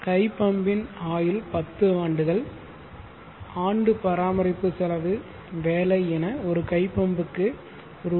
கை பம்பின் ஆயுள் 10 ஆண்டுகள் ஆண்டு பராமரிப்பு செலவு வேலை என ஒரு கை பம்புக்கு ரூ